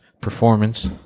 performance